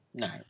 No